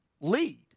lead